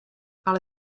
ale